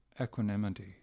equanimity